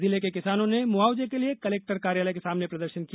जिले के किसानों ने मुआवजे के लिए कलेक्ट्रर कार्यालय के सामने प्रदर्शन किया